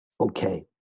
okay